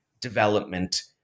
development